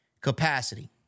capacity